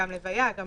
וכך גם לוויה וברית.